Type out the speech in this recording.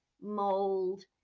mold